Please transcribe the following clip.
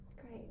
Great